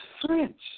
French